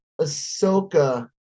Ahsoka